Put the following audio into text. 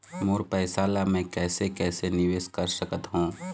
मोर पैसा ला मैं कैसे कैसे निवेश कर सकत हो?